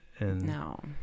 No